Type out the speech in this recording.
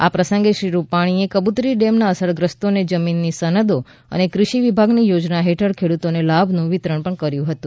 આ પ્રસંગે શ્રી રૂપાણી એ કબૂતરી ડેમનાં અસરગ્રસ્તોને જમીનની સનદો અને કૃષિ વિભાગની યોજના હેઠળ ખેડૂતોને લાભોનું વિતરણ પણ કર્યું હતું